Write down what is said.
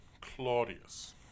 Claudius